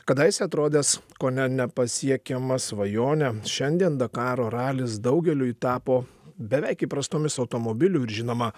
kadaise atrodęs kone nepasiekiama svajonė šiandien dakaro ralis daugeliui tapo beveik įprastomis automobilių ir žinoma